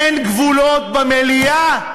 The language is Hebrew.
אין גבולות במליאה?